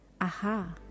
Aha